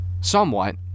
somewhat